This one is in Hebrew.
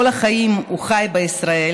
כל החיים הוא חי בישראל.